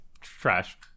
trash